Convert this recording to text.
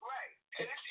Right